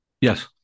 Yes